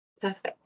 Perfect